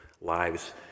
lives